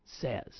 says